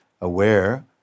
aware